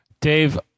Dave